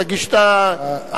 תגיש את,